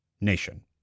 nation